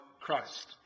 Christ